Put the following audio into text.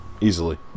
easily